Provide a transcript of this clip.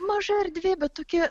maža erdvė bet tokia